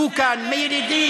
בצדק.